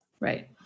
Right